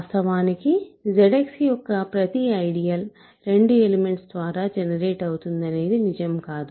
వాస్తవానికి ZX యొక్క ప్రతి ఐడియల్ 2 ఎలిమెంట్స్ ద్వారా జనరేట్ అవుతుందనేది నిజం కాదు